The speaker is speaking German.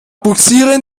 bugsieren